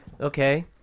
Okay